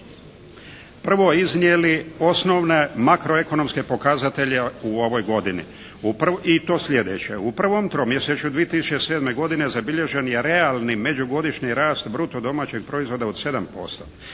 prvo iznijeli osnove makro ekonomske pokazatelje u ovoj godini i to sljedeće. U prvom tromjesječju 2007. godine zabilježen je realni međugodišnji rast bruto domaćeg proizvoda od 7%.